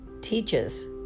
teaches